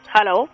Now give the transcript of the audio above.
Hello